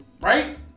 Right